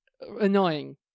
annoying